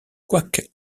quoique